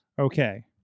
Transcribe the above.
Okay